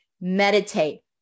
Meditate